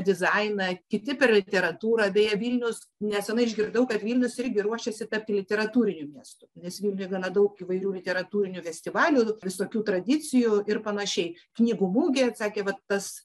dizainą kiti per literatūrą beje vilnius neseniai išgirdau kad vilnius irgi ruošiasi tapti literatūriniu miestu nes vilniuje gana daug įvairių literatūrinių festivalių visokių tradicijų ir panašiai knygų mugė sakė vat tas